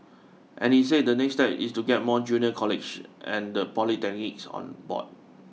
and he says the next step is to get more junior colleges and the polytechnics on board